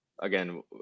again